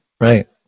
Right